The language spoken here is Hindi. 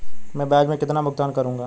मैं ब्याज में कितना भुगतान करूंगा?